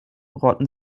rotten